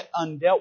undealt